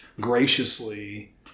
graciously